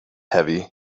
heavy